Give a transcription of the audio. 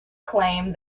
claim